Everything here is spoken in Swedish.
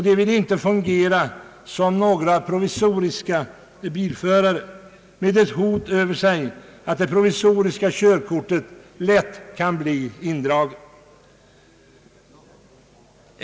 De vill inte fungera som ett slags provisoriska bilförare med ett hot över sig att deras provisoriska körkort lätt kan bli indraget.